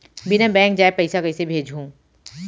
बिना बैंक जाये पइसा कइसे भेजहूँ?